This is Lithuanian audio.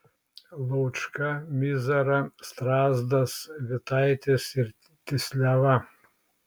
laučka mizara strazdas vitaitis ir tysliava